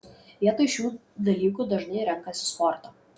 vietoj šių dalykų dažnai renkasi sportą